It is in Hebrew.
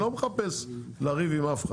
אני לא מחפש לריב עם אף אחד.